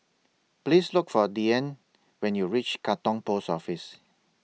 Please Look For Deanne when YOU REACH Katong Post Office